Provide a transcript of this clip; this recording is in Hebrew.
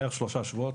בערך שלושה שבועות,